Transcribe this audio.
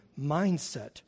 mindset